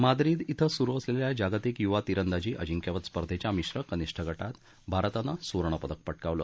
Madrid ॐ सुरू असलेल्या जागतिक युवा तिरंदाजी अजिंक्यपद स्पर्धेच्या मिश्र कनिष्ठ गटात भारतानं सुवर्णपदक पटकावलं